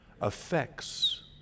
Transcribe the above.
affects